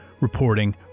reporting